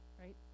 right